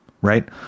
right